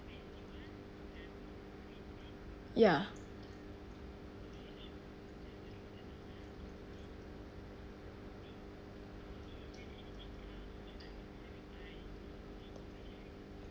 ya